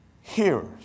hearers